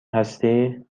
هستی